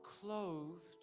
clothed